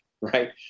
right